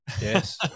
Yes